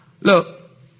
Look